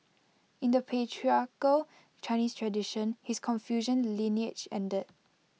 in the patriarchal Chinese tradition his Confucian lineage ended